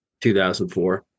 2004